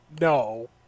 no